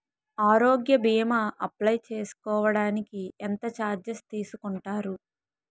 ఆరోగ్య భీమా అప్లయ్ చేసుకోడానికి ఎంత చార్జెస్ తీసుకుంటారు?